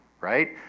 right